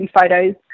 photos